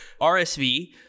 RSV